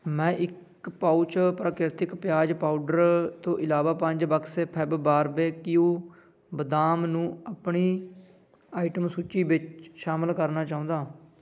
ਮੈਂ ਇੱਕ ਪਾਊਚ ਪ੍ਰਾਕ੍ਰਿਤਿਕ ਪਿਆਜ਼ ਪਾਊਡਰ ਤੋਂ ਇਲਾਵਾ ਪੰਜ ਬਕਸੇ ਫੈਬ ਬਾਰਬੇਕਿਊ ਬਦਾਮ ਨੂੰ ਆਪਣੀ ਆਈਟਮ ਸੂਚੀ ਵਿੱਚ ਸ਼ਾਮਲ ਕਰਨਾ ਚਾਹੁੰਦਾ ਹਾਂ